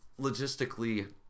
logistically